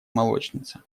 молочница